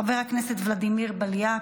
חבר הכנסת ולדימיר בליאק,